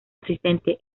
asistente